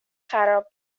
خراب